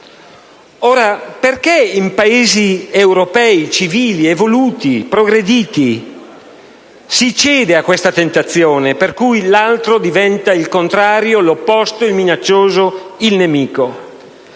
Ora, perché in Paesi europei civili, evoluti, progrediti si cede a questa tentazione per cui l'altro diventa il contrario, l'opposto, il minaccioso, il nemico?